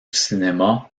cinéma